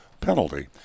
penalty